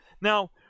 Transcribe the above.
Now